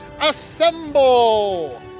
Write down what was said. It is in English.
assemble